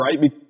Right